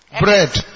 bread